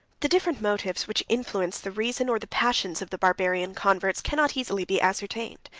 the different motives which influenced the reason, or the passions, of the barbarian converts, cannot easily be ascertained.